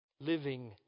living